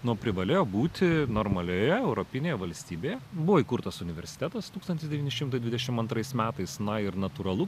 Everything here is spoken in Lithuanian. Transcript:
nu privalėjo būti normalioje europinėje valstybėje buvo įkurtas universitetas tūkstantis devyni šimtai dvidešim antrais metais na ir natūralu